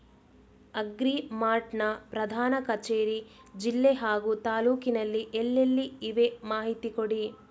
Agri Mart ನ ಪ್ರಧಾನ ಕಚೇರಿ ಜಿಲ್ಲೆ ಹಾಗೂ ತಾಲೂಕಿನಲ್ಲಿ ಎಲ್ಲೆಲ್ಲಿ ಇವೆ ಮಾಹಿತಿ ಕೊಡಿ?